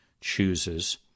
chooses